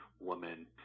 woman